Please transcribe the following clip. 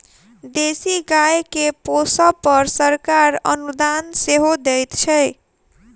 देशी गाय के पोसअ पर सरकार अनुदान सेहो दैत छै